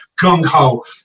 gung-ho